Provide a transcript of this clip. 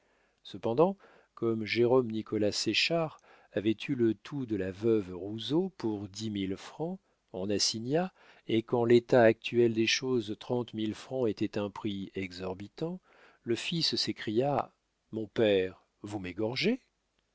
cependant comme jérôme nicolas séchard avait eu le tout de la veuve rouzeau pour dix mille francs en assignats et qu'en l'état actuel des choses trente mille francs étaient un prix exorbitant le fils s'écria mon père vous